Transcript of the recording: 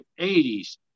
80s